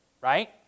right